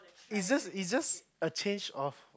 it's just it's just a change of